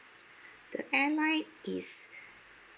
the airlines is